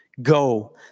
Go